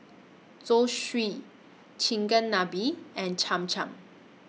Zosui Chigenabe and Cham Cham